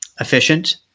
efficient